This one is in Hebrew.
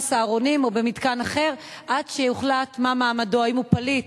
"סהרונים" או במתקן אחר עד שיוחלט מה מעמדו: אם הוא פליט,